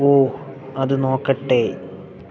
ഓ അത് നോക്കട്ടേ